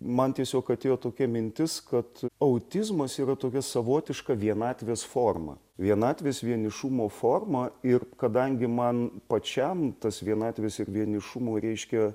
man tiesiog atėjo tokia mintis kad autizmas yra tokia savotiška vienatvės forma vienatvės vienišumo forma ir kadangi man pačiam tas vienatvės ir vienišumo reiškia